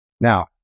Now